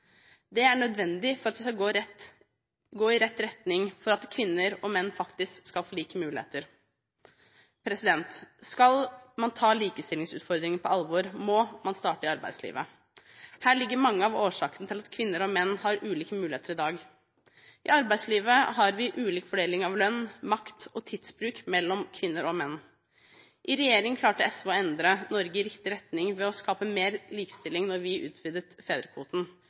Det er nødvendig for at det skal gå i rett retning, slik at kvinner og menn faktisk skal få like muligheter. Skal man ta likestillingsutfordringen på alvor, må man starte i arbeidslivet. Her ligger mange av årsakene til at kvinner og menn har ulike muligheter i dag. I arbeidslivet har vi ulik fordeling av lønn, makt og tidsbruk mellom kvinner og menn. I regjering klarte SV å endre Norge i riktig retning ved å skape mer likestilling da vi utvidet fedrekvoten,